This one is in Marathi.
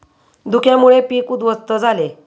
धुक्यामुळे पीक उध्वस्त झाले